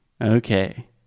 Okay